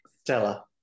Stella